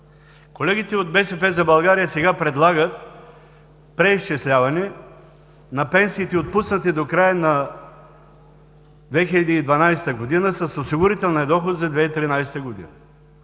Колегите от „БСП за България“ сега предлагат преизчисляване на пенсиите, отпуснати до края на 2012 г., с осигурителния доход за 2013 г.